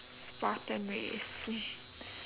spartan race